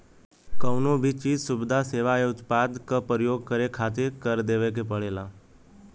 कउनो भी चीज, सुविधा, सेवा या उत्पाद क परयोग करे खातिर कर देवे के पड़ेला